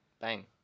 bang